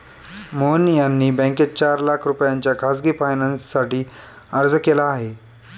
मोहन यांनी बँकेत चार लाख रुपयांच्या खासगी फायनान्ससाठी अर्ज केला आहे